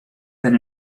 than